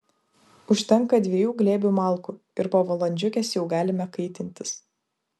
užtenka dviejų glėbių malkų ir po valandžiukės jau galime kaitintis